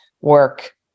work